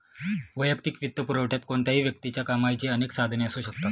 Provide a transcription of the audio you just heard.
वैयक्तिक वित्तपुरवठ्यात कोणत्याही व्यक्तीच्या कमाईची अनेक साधने असू शकतात